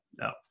no